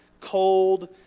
cold